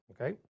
Okay